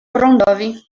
prądowi